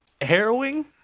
Harrowing